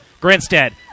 Grinstead